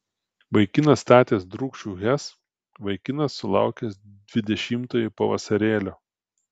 vaikinas statęs drūkšių hes vaikinas sulaukęs dvidešimtojo pavasarėlio